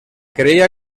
creía